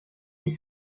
des